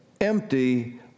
empty